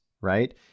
right